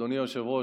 אדוני היושב-ראש,